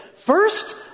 First